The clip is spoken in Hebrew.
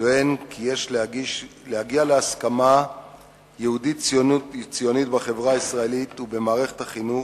טוען כי יש להגיע להסכמה יהודית-ציונית בחברה הישראלית ובמערכת החינוך,